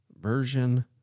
Version